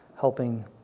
helping